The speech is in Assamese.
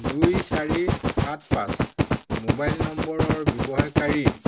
দুই চাৰি সাত পাঁচ মোবাইল নম্বৰৰ ব্যৱহাৰকাৰী